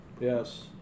yes